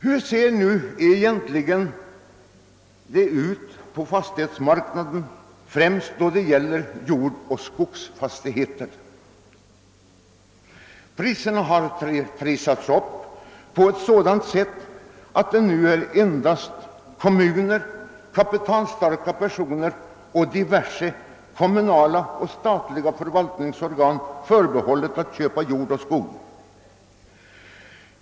Hur ser det då ut nu på fastighetsmarknaden, speciellt då det gäller jordoch skogsfastigheter? Jo, priserna har trissats upp så att nu bara kommuner, kapitalstarka personer samt diverse kommunala och statliga förvaltningsorgan kan köpa jord och skog.